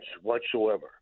whatsoever